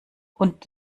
und